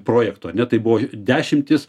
projekto ne tai buvo dešimtys